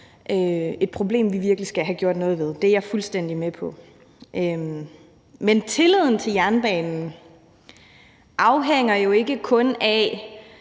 et problem, vi virkelig skal have gjort noget ved; det er jeg fuldstændig med på. Men tilliden til jernbanen afhænger jo ikke kun af,